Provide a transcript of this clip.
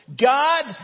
God